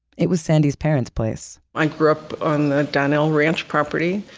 it was sandy's parents' place. i grew up on the donnell ranch property.